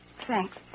Thanks